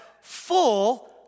full